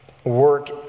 Work